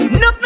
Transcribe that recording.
no